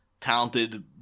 talented